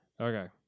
Okay